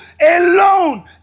Alone